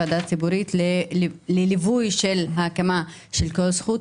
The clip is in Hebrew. ועדה ציבורית לליווי של ההקמה של כל זכות.